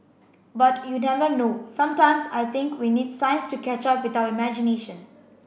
but you never know sometimes I think we need science to catch up with our imagination